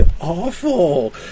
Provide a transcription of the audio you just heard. Awful